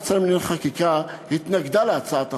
השרים לענייני חקיקה התנגדה להצעת החוק,